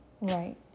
Right